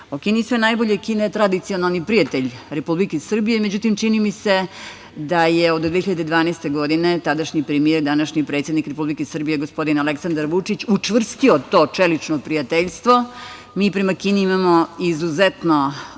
Kini sve najbolje. Kina je tradicionalni prijatelj Republike Srbije. Međutim, čini mi se da je od 2012. godine tadašnji premijer, današnji predsednik Republike Srbije Aleksandar Vučić učvrstio to čelično prijateljstvo. Mi prema Kini imamo izuzetno poštovanje,